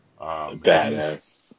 Badass